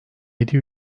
yedi